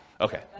Okay